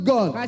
God